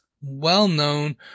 well-known